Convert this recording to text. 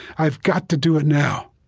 i've got to do it now.